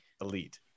elite